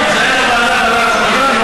לא הלך.